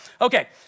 okay